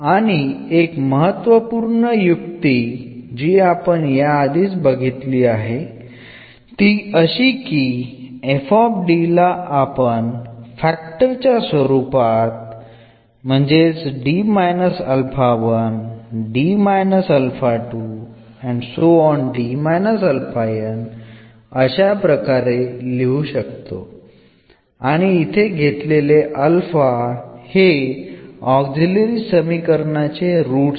കൂടാതെ ഓക്സിലറി സമവാക്യത്തിൻറെ റൂട്ടുകളുടെ അടിസ്ഥാനത്തിൽ യെ എന്ന രൂപത്തിൽ പ്രകടിപ്പിക്കാൻ കഴിയുമെന്ന് ഇതിനകം നമ്മൾ ചർച്ച ചെയ്തു